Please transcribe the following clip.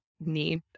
need